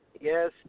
Yes